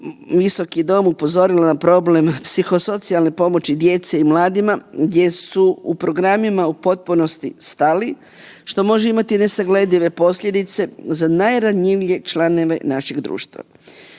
visoki dom upozorila na problem psihosocijalne pomoći djece i mladima gdje su u programima u potpunosti stali što može imati nesagledive posljedice za najranjivije članove našeg društva.